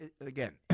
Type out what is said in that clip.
again